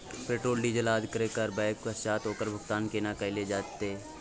Petrol, diesel आदि क्रय करबैक पश्चात ओकर भुगतान केना कैल जेतै?